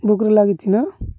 ଲାଗିଛିି ନା